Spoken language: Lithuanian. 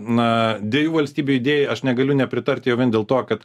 na dviejų valstybių idėjai aš negaliu nepritarti jau vien dėl to kad